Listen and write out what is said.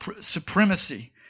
supremacy